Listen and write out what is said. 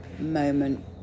moment